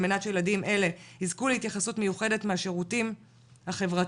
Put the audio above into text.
על מנת שילדים אלה יזכו להתייחסות מיוחדת מהשירותים החברתיים,